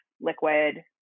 liquid